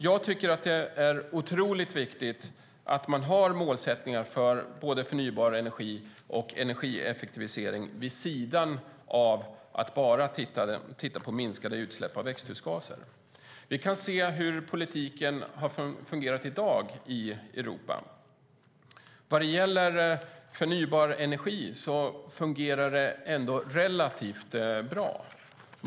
Jag tycker att det är otroligt viktigt att man har målsättningar för både förnybar energi och energieffektivisering vid sidan av att titta på minskade utsläpp av växthusgaser. Vi kan se hur politiken fungerar i Europa i dag. Vad gäller förnybar energi fungerar det ändå relativt bra.